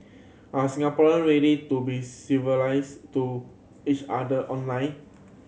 are Singaporean ready to be civilize to each other online